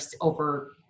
over